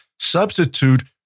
substitute